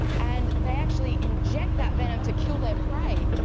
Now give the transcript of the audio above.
and they actually inject that venom to kill their prey.